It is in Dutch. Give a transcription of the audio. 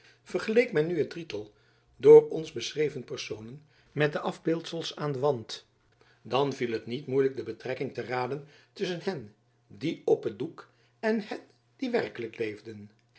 vergeleek men nu het drietal door ons beschreven personen met de afbeeldsels aan den wand dan viel het niet moeilijk de betrekking te raden tusschen hen die op het doek en hen die werkelijk